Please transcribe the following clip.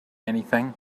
anything